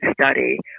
study